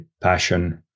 passion